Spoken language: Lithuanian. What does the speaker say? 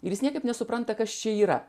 ir jis niekaip nesupranta kas čia yra